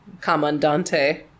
Commandante